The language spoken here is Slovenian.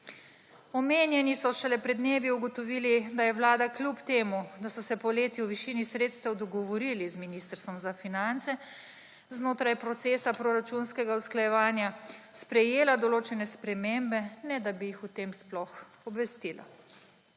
Omenjeni so šele pred dnevi ugotovili, da je Vlada, kljub temu da so se poleti o višini sredstev dogovorili z Ministrstvom za finance, znotraj procesa proračunskega usklajevanja sprejela določene spremembe, ne da bi jih o tem sploh obvestila.